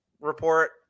Report